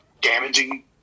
damaging